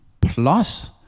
plus